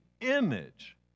image